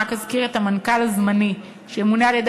רק אזכיר שהמנכ"ל הזמני ימונה על-ידי